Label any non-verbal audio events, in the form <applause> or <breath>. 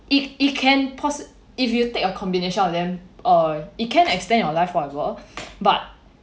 it it can possi~ if you take a combination of them uh it can extend your life forever <breath> but